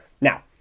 Now